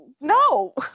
no